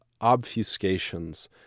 obfuscations